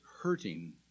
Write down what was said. hurting